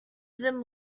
them